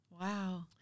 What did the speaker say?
Wow